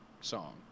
song